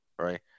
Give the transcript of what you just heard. right